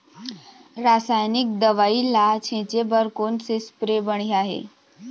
रासायनिक दवई ला छिचे बर कोन से स्प्रे बढ़िया हे?